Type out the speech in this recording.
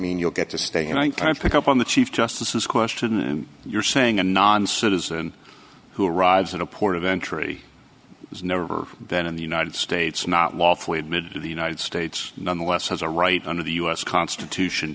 mean you'll get to stay in one time pick up on the chief justice is question and you're saying a non citizen who arrives at a port of entry has never been in the united states not lawfully admitted to the united states nonetheless has a right under the u s constitution